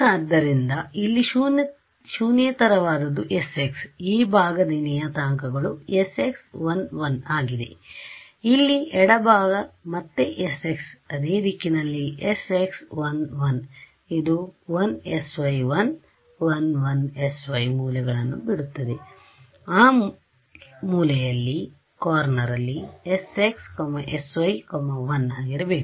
ಆದ್ದರಿಂದ ಇಲ್ಲಿ ಶೂನ್ಯೇತರವಾದದ್ದು sx ಈ ಭಾಗದ ನಿಯತಾಂಕಗಳು sx 1 1 ಆಗಿವೆ ಇಲ್ಲಿ ಎಡ ಭಾಗ ಮತ್ತೆ sx ಅದೇ ದಿಕ್ಕಿನಲ್ಲಿsx 1 1 ಇದು 1 sy 1 1 1 sy ಮೂಲೆಗಳನ್ನು ಬಿಡುತ್ತದೆ ಆ ಮೂಲೆಯಲ್ಲಿsx sy 1ಆಗಿರಬೇಕು